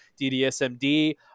ddsmd